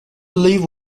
leave